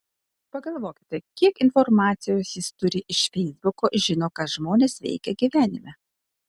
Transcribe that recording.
pagalvokite kiek informacijos jis turi iš feisbuko žino ką žmonės veikia gyvenime